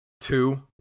Two